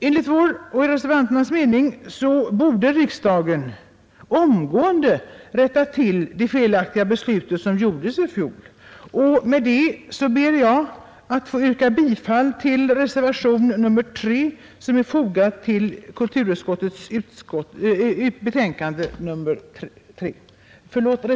Enligt vår och reservanternas mening borde riksdagen omgående rätta till det felaktiga beslut som fattades i fjol, och därför, herr talman, ber jag att få yrka bifall till reservationen 2, som har fogats till kulturutskottets betänkande nr 3.